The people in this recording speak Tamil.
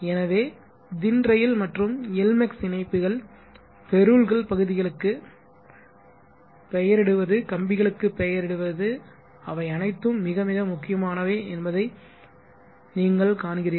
எனவே தின் ரெயில் மற்றும் எல்மெக்ஸ் இணைப்பிகள் ஃபெரூல்கள் பகுதிகளுக்கு பெயரிடுவது கம்பிகளுக்கு பெயரிடுவது அவை அனைத்தும் மிக மிக முக்கியமானவை என்பதை நீங்கள் காண்கிறீர்கள்